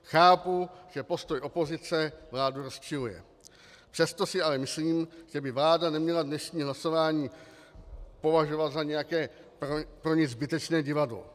Chápu, že postoj opozice vládu rozčiluje, přesto si ale myslím, že by vláda neměla dnešní hlasování považovat za nějaké pro ni zbytečné divadlo.